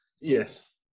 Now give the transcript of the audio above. Yes